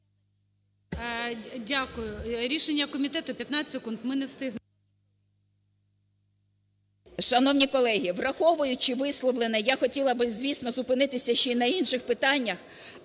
Дякую. Рішення комітету, 15 секунд, ми не встигнемо.